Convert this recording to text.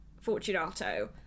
Fortunato